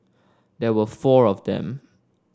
there were four of them